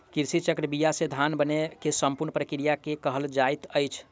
कृषि चक्र बीया से धान बनै के संपूर्ण प्रक्रिया के कहल जाइत अछि